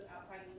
outside